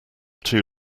two